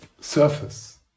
surface